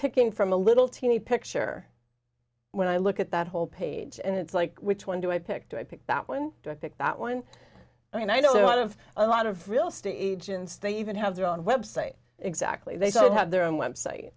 picking from a little teeny picture when i look at that whole page and it's like which one do i pick to i pick that one to pick that one i mean i know out of a lot of real estate agents they even have their own website exactly they so have their own website